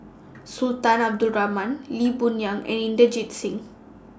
Sultan Abdul Rahman Lee Boon Yang and Inderjit Singh